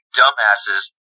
dumbasses